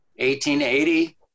1880